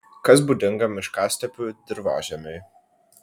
kas būdinga miškastepių dirvožemiui